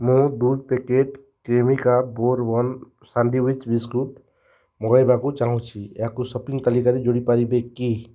ମୁଁ ଦୁଇ packet Cremica bourbon sandwich biscuit ମଗାଇବାକୁ ଚାହୁଁଛି ଏହାକୁ ସପିଂ ତାଲିକାରେ ଯୋଡ଼ି ପାରିବେ କି